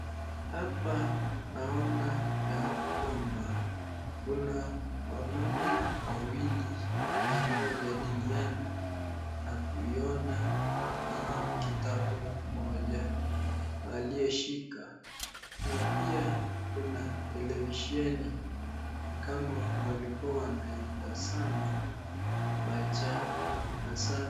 Hapa naona ya kwamba kuna wamama wawili wanao jadiliana, na kuiona hii kikapu moja aliyoshika, na pia kuna televisheni ni kama walikua wanaitazama.